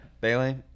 bailey